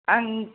आं